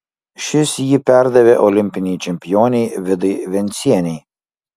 šis jį perdavė olimpinei čempionei vidai vencienei